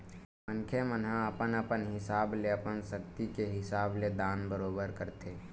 मनखे मन ह अपन अपन हिसाब ले अपन सक्ति के हिसाब ले दान बरोबर करथे